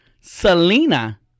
Selena